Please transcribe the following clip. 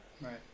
Right